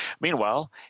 Meanwhile